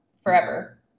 forever